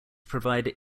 provide